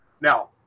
Now